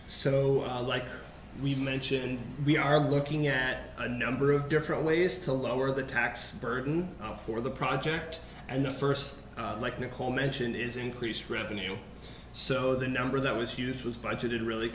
so like we mentioned we are looking at a number of different ways to lower the tax burden for the project and the first like nicole mentioned is increased revenue so the number that was used was budgeted really